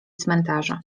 cmentarza